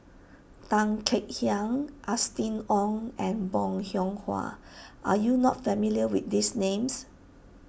Tan Kek Hiang Austen Ong and Bong Hiong Hwa are you not familiar with these names